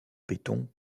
béton